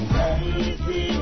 Crazy